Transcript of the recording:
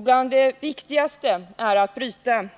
Bland det viktigaste är att bryta